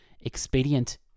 expedient